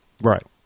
Right